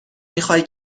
میخای